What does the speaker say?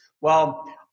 Well-